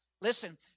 Listen